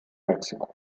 mexiko